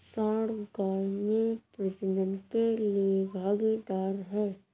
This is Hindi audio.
सांड गाय में प्रजनन के लिए भागीदार है